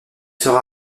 sera